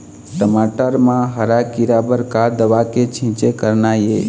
टमाटर म हरा किरा बर का दवा के छींचे करना ये?